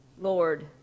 Lord